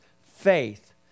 faith